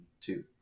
two